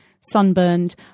sunburned